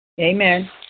Amen